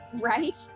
Right